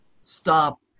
Stop